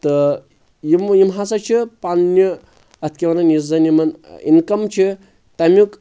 تہٕ یِم یِم ہسا چھِ پنٕنہِ اَتھ کیاہ وَنان یُس زَن یِمن اِنکَم چھِ تمیُک